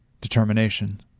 determination